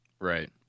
Right